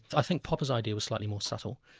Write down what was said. i think popper's idea was slightly more subtle,